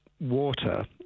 water